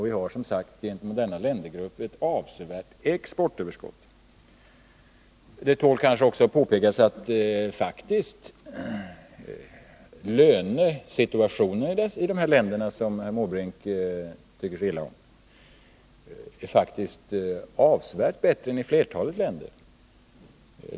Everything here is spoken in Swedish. Vi har som sagt gentemot denna ländergrupp ett avsevärt exportöverskott. Det tål kanske också påpekas att lönesituationen i dessa länder, som herr Måbrink tycker så illa om, faktiskt är avsevärt bättre än i flertalet länder.